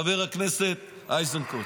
חבר הכנסת איזנקוט.